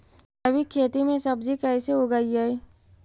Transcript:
जैविक खेती में सब्जी कैसे उगइअई?